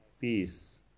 peace